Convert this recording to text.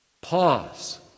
Pause